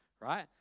Right